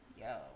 Yo